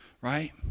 right